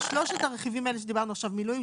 שלושת הרכיבים האלה עליהם דיברנו מילואים,